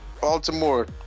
Baltimore